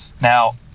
Now